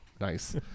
nice